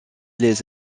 lès